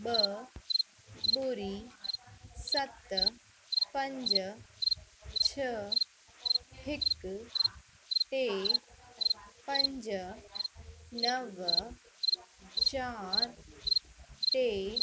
ॿ ॿुड़ी सत पंज छह हिकु टे पंज नव चारि टे